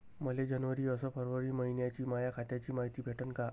मले जनवरी अस फरवरी मइन्याची माया खात्याची मायती भेटन का?